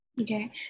Okay